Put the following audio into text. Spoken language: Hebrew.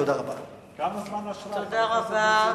תודה רבה.